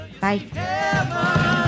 Bye